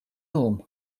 lum